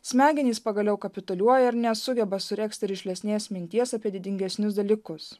smegenys pagaliau kapituliuoja ir nesugeba suregzti rišlesnės minties apie didingesnius dalykus